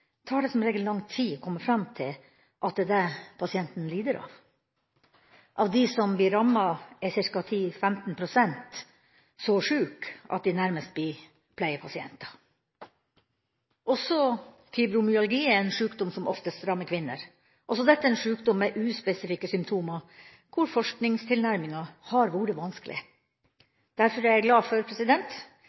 tar det som regel lang tid å komme fram til at det er det pasienten lider av. Av dem som blir rammet, er ca. 10–15 pst. så sjuke at de nærmest blir pleiepasienter. Også fibromyalgi er en sjukdom som oftest rammer kvinner, og som ME er dette en sjukdom med uspesifikke symptomer, hvor forskningstilnærminga har vært vanskelig. Derfor er jeg glad for